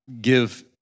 give